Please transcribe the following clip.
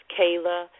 Kayla